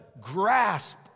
grasp